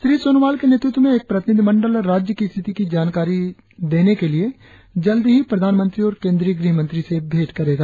श्री सोनोवाल के नेतृत्व में एक प्रतिनिधिमंडल राज्य की स्थिति की जानकारी देने के लिए जल्दी ही प्रधानमंत्री और केद्रीय गृहमंत्री से भेंट करेगा